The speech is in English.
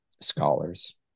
scholars